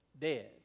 dead